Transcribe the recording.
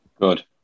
Good